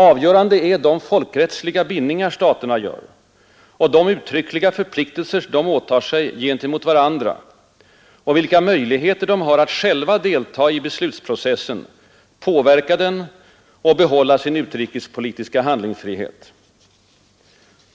Avgörande är de folkrättsliga bindningar staterna gör och de uttryckliga förpliktelser de åtar sig gentemot varandra och vilka möjligheter de har att själva delta i beslutsprocessen, påverka den och behålla sin utrikespolitiska handlingsfrihet.